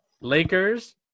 Lakers